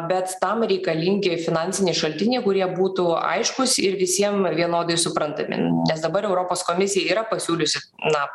bet tam reikalingi finansiniai šaltiniai kurie būtų aiškūs ir visiem vienodai suprantami nes dabar europos komisija yra pasiūliusi na